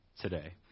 today